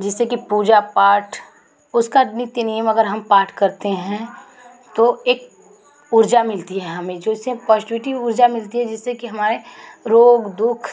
जिससे कि पूजा पाठ उसका नित्य नियम उसका पाठ करते हैं तो एक ऊर्जा मिलती है हमें जिससे कि हमारे रोग दुःख